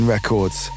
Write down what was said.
records